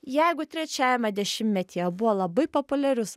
jeigu trečiajame dešimtmetyje buvo labai populiarus